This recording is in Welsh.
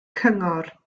cyngor